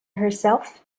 herself